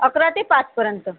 अकरा ते पाचपर्यंत